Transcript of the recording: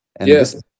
Yes